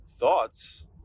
thoughts